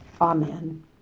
Amen